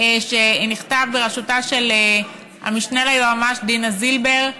שנכתב בראשותה של המשנה ליועמ"ש דינה זילבר,